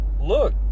Look